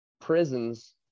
prisons